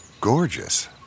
gorgeous